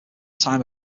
time